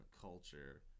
culture